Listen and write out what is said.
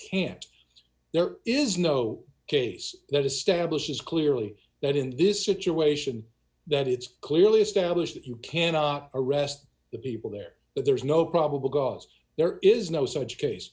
can't there is no case that establishes clearly that in this situation that it's clearly established that he cannot arrest the people there that there is no probable cause there is no such case